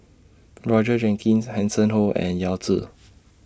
Roger Jenkins Hanson Ho and Yao Zi